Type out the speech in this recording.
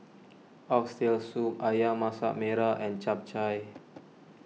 Oxtail Soup Ayam Masak Merah and Chap Chai